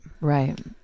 right